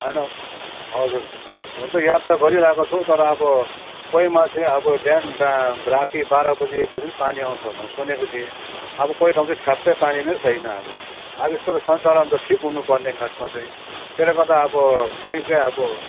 होइन हजुर हुन त याद त गरिरहेको छु तर अब कोही मान्छे अब बिहान राति बाह्र बजी एक बजी नि पानी आउँछ भने सुनेको थिएँ अब कोही ठाउँ चाहिँ ठ्याप्पै पानी नै छैन अब अब यसको त सञ्चालन त ठिक हुनुपर्ने खासमा चाहिँ त्यसले गर्दा अब कहीँ चाहिँ अब